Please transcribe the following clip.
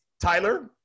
Tyler